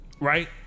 right